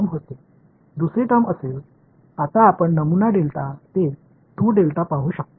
இரண்டாவது வெளிப்பாடு இப்போது நீங்கள் டெல்டாவில் இருந்து டெல்டா2 வை பார்க்கலாம்